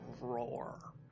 roar